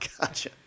Gotcha